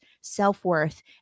self-worth